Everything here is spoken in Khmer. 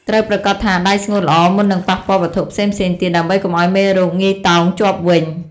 ត្រូវប្រាកដថាដៃស្ងួតល្អមុននឹងប៉ះពាល់វត្ថុផ្សេងៗទៀត ដើម្បីកុំឱ្យមេរោគងាយតោងជាប់វិញ។